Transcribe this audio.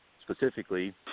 specifically